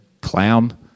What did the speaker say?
Clown